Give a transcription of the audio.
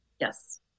Yes